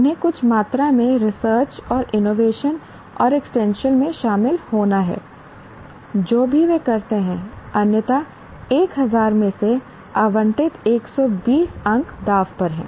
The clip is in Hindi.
उन्हें कुछ मात्रा में रिसर्च और इनोवेशन और एक्सटेंशन में शामिल होना है जो भी वे करते हैं अन्यथा 1000 में से आवंटित 120 अंक दांव पर हैं